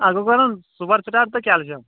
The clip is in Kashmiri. اَتھ گوٚو کَرُن سوٗپَر سٹار تہٕ کیلشَم